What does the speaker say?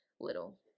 little